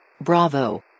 Bravo